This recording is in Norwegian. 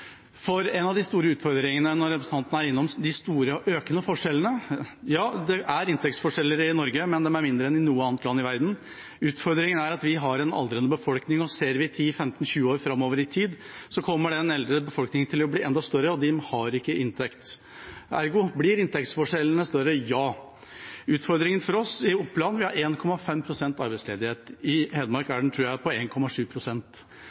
var inne på de store og økende forskjellene. Ja, det er inntektsforskjeller i Norge, men de er mindre enn i noe annet land i verden. Utfordringen er at vi har en aldrende befolkning, og ser vi 10, 15 eller 20 år framover i tid, kommer den eldre befolkningen til å bli enda større, og den har ikke inntekt. Ergo blir inntektsforskjellene større – ja. Utfordringen for oss i Oppland er at vi har 1,5 pst. arbeidsledighet. I Hedmark